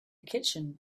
kitchen